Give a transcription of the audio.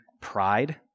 pride